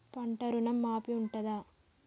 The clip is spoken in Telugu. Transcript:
పంట ఋణం మాఫీ ఉంటదా?